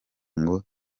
ngo